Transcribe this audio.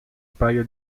paio